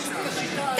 הוא המציא את השיטה הזאת,